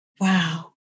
Wow